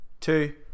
Two